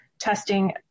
testing